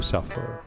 Suffer